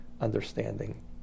understanding